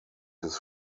his